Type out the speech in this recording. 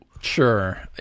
Sure